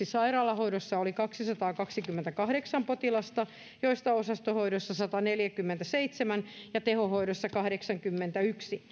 sairaalahoidossa oli kaksisataakaksikymmentäkahdeksan potilasta joista osastohoidossa sataneljäkymmentäseitsemän ja tehohoidossa kahdeksaskymmenesensimmäinen